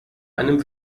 einem